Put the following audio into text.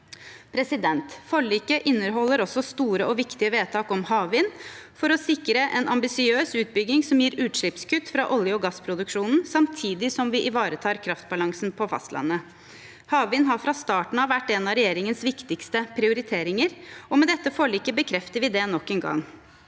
Forliket inneholder også store og viktige vedtak om havvind for å sikre en ambisiøs utbygging som gir utslippskutt fra olje- og gassproduksjonen, samtidig som vi ivaretar kraftbalansen på fastlandet. Havvind har fra starten av vært en av regjeringens viktigste prioriteringer, og med dette forliket bekrefter vi det nok en gang.